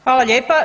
Hvala lijepa.